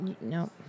no